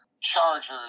Chargers